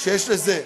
שיש לזה,